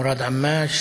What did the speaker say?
מוראד עמאש,